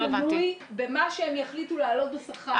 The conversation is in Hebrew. אני אומרת שהתמרוץ תלוי במה שהם יחליטו להעלות בשכר.